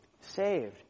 saved